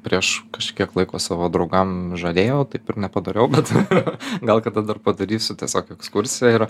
prieš kažkiek laiko savo draugam žadėjau taip ir nepadariau bet gal kada dar padarysiu tiesiog ekskursiją ir